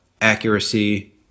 accuracy